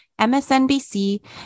MSNBC